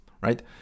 right